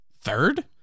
Third